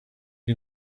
you